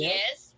Yes